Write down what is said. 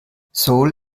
seoul